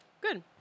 Good